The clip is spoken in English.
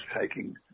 taking